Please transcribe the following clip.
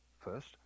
First